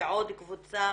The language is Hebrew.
ועוד קבוצה